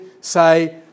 Say